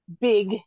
big